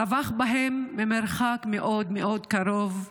טבחו בהם ממרחק מאוד מאוד קרוב,